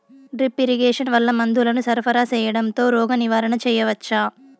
Drip irrigation వల్ల మందులను సరఫరా సేయడం తో రోగ నివారణ చేయవచ్చా?